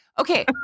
okay